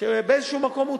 שבאיזשהו מקום הוא